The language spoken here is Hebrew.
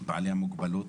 בעלי המוגבלות,